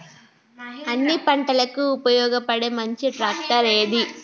అన్ని పంటలకు ఉపయోగపడే మంచి ట్రాక్టర్ ఏది?